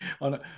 on